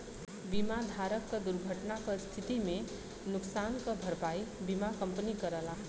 बीमा धारक क दुर्घटना क स्थिति में नुकसान क भरपाई बीमा कंपनी करला